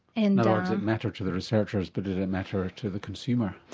and sort of mattered to the researchers but did it matter ah to the consumer?